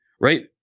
Right